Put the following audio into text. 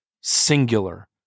singular